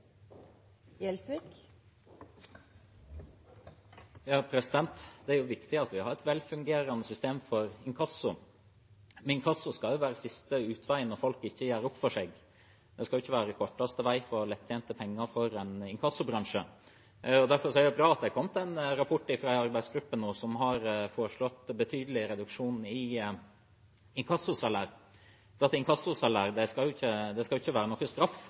viktig at vi har et velfungerende system for inkasso. Men inkasso skal være siste utvei når folk ikke gjør opp for seg, det skal ikke være korteste vei til lettjente penger for en inkassobransje. Derfor er det bra at det nå har kommet en rapport fra en arbeidsgruppe som har foreslått en betydelig reduksjon i inkassosalæret. For et inkassosalær skal ikke være en straff eller en bot, det skal